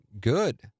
Good